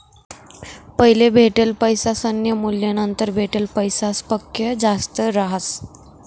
पैले भेटेल पैसासनं मूल्य नंतर भेटेल पैसासपक्सा जास्त रहास